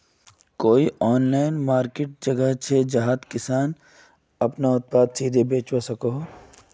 कोई online market जगह छे जहाँ किसान सीधे अपना उत्पाद बचवा सको हो?